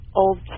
old